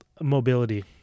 mobility